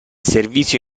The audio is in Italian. servizio